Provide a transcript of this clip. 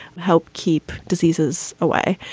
help keep diseases away,